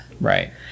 right